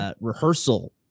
rehearsal